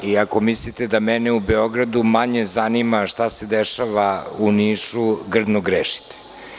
Ako mislite da mene u Beogradu manje zanima šta se dešava u Nišu, grdno grešite.